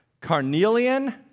carnelian